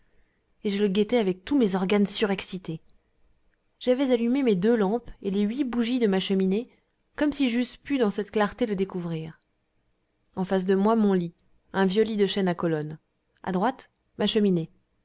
et je le guettais avec tous mes organes surexcités j'avais allumé mes deux lampes et les huit bougies de ma cheminée comme si j'eusse pu dans cette clarté le découvrir en face de moi mon lit un vieux lit de chêne à colonnes à droite ma cheminée